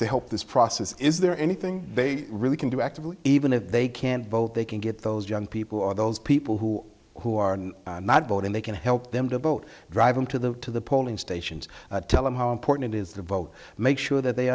to help this process is there anything they really can do actively even if they can't vote they can get those young people or those people who who are not voting they can help them to vote drive them to the to the polling stations tell them how important it is to vote make sure that they